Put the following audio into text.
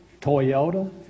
Toyota